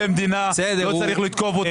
בעובדה של מה שקורה פה זה שיש קושי.